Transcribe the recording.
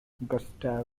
gustav